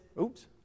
oops